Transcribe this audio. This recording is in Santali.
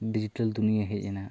ᱰᱤᱡᱤᱴᱮᱞ ᱫᱩᱱᱭᱟᱹ ᱦᱮᱡ ᱮᱱᱟ